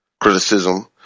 criticism